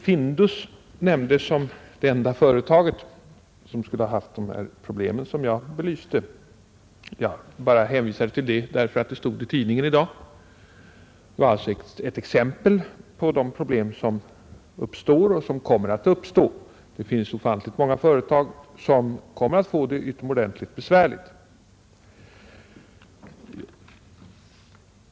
Findus nämndes som det enda företag som skulle ha haft de problem som jag belyste. Jag bara hänvisade till detua därför att det stod i tidningen i dag. Det utgjorde ett exempel på de problem som uppstår och kommer att uppstå. Det finns ofantligt många företag som kommer att få det utomordentligt besvärligt.